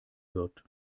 wird